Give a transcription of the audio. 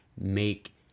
make